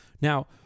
now